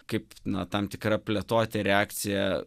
kaip na tam tikra plėtotė reakcija